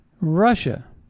Russia